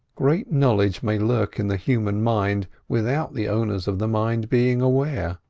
great knowledge may lurk in the human mind without the owner of the mind being aware.